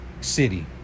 city